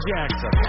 Jackson